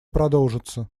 продолжатся